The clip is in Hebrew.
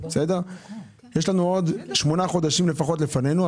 יש לנו עוד שמונה חודשים לפנינו,